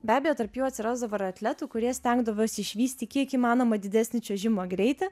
be abejo tarp jų atsirasdavo ir atletų kurie stengdavosi išvystyti kiek įmanoma didesnį čiuožimo greitį